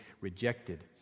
rejected